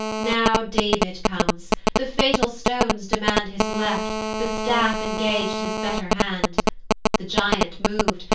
now david comes the fatal stones demand his left, the staff engag'd his better hand the giant mov'd,